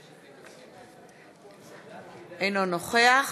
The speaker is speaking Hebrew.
מצביע מיקי לוי, אינו נוכח